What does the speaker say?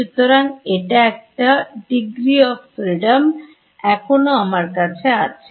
সুতরাং এটা একটা Degree of Freedom এখনো আমার কাছে আছে